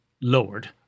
lowered